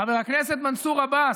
חבר הכנסת מנסור עבאס,